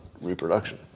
reproduction